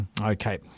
Okay